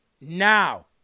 now